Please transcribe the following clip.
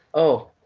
oh,